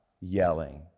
yelling